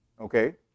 Okay